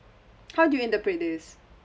how do you interpret this